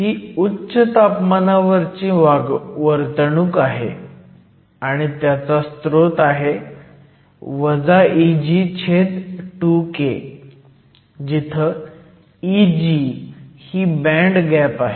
ही उच्च तापमानावरची वर्तणूक आहे आणि त्याचा स्रोत आहे Eg2k जिथं Eg ही बँड गॅप आहे